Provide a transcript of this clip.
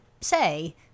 say